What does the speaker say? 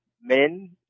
men